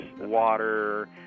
water